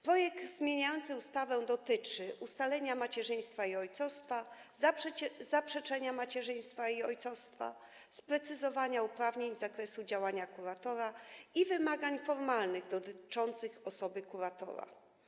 Projekt zmieniający ustawy dotyczy ustalenia macierzyństwa i ojcostwa, zaprzeczenia macierzyństwa i ojcostwa, sprecyzowania uprawnień i zakresu działania kuratora i wymagań formalnych dotyczących osoby kuratora.